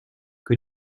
que